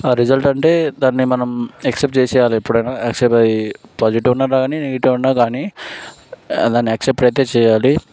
ఆ రిజల్ట్ అంటే దాని మనం యాక్సెప్ట్ చేసేయాలి ఎప్పుడైనా ఆ సరే పాజిటివ్ అన్న గానీ నెగటివ్ అన్న గానీ దాన్ని యాక్సెప్ట్ అయితే చేయాలి